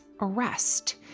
arrest